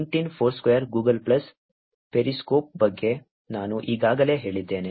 LinkedIn Foursquare Google Plus Periscope ಬಗ್ಗೆ ನಾನು ಈಗಾಗಲೇ ಹೇಳಿದ್ದೇನೆ